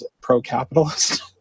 pro-capitalist